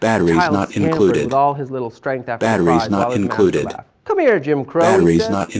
the child scampered with all his little strength out for the prize while his master laughed. come here jim crow, he said.